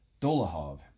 dolahov